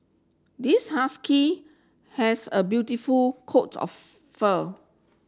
this husky has a beautiful coats of fur